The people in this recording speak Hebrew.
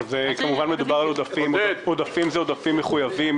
כמובן מדובר על עודפים מחויבים.